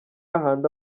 hahandi